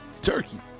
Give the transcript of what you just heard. Turkey